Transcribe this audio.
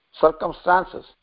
circumstances